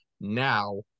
now